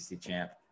champ